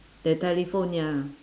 the telephone ya